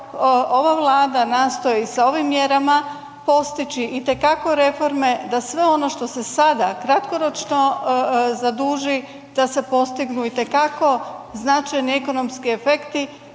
ova Vlada nastoji sa ovim mjerama postići itekako reforme da sve ono što se sada kratkoročno zaduži, da se postignu itekako značajni ekonomski efekti